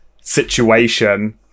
situation